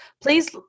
Please